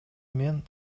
мен